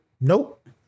Nope